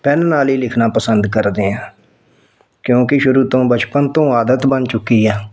pen ਨਾਲ ਹੀ ਲਿਖਣਾ ਪਸੰਦ ਕਰਦੇ ਹਾਂ ਕਿਉਂਕਿ ਸ਼ੁਰੂ ਤੋਂ ਬਚਪਨ ਤੋਂ ਆਦਤ ਬਣ ਚੁੱਕੀ ਆ